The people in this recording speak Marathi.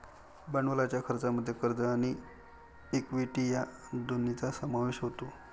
भांडवलाच्या खर्चामध्ये कर्ज आणि इक्विटी या दोन्हींचा समावेश होतो